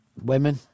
Women